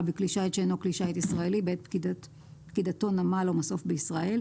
בכלי שיט שאינו כלי שיט ישראלי בעת פקידתו נמל או מסוף בישראל,